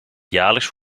jaarlijks